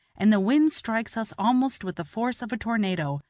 and the wind strikes us almost with the force of a tornado,